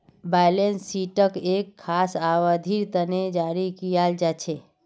balance शीटक एक खास अवधिर तने जारी कियाल जा छे